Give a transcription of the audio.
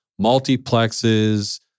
multiplexes